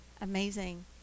amazing